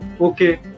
Okay